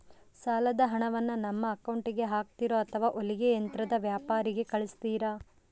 ಸಾಲದ ಹಣವನ್ನು ನಮ್ಮ ಅಕೌಂಟಿಗೆ ಹಾಕ್ತಿರೋ ಅಥವಾ ಹೊಲಿಗೆ ಯಂತ್ರದ ವ್ಯಾಪಾರಿಗೆ ಕಳಿಸ್ತಿರಾ?